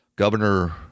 governor